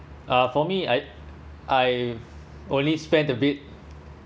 uh for me I I only spend a bit